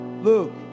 Luke